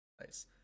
Nice